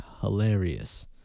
hilarious